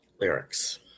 Lyrics